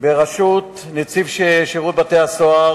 בראשות נציב שירות בתי-הסוהר,